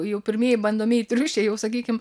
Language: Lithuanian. jau pirmieji bandomieji triušiai jau sakykim